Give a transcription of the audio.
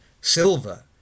silver